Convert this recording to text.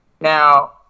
Now